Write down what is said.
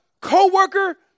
co-worker